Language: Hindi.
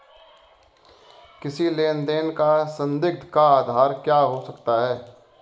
किसी लेन देन का संदिग्ध का आधार क्या हो सकता है?